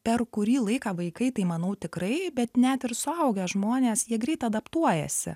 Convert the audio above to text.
per kurį laiką vaikai tai manau tikrai bet net ir suaugę žmonės jie greit adaptuojasi